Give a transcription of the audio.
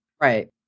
right